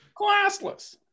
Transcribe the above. Classless